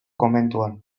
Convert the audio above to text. komentuan